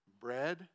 Bread